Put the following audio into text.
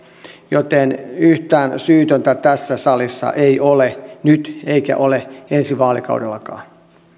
joten yhtään syytöntä tässä salissa ei ole nyt eikä ole ensi vaalikaudellakaan